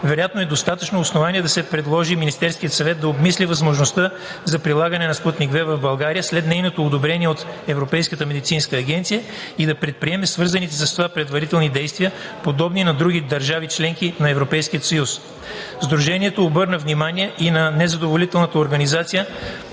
вероятно е достатъчно основание да се предложи Министерският съвет да обмисли възможността за прилагане на „Спутник V“ в България след нейното одобрение от Европейската медицинска агенция и да предприеме свързаните с това предварителни действия, подобно на други държави – членки на Европейския съюз. Сдружението обръща внимание и на незадоволителната организация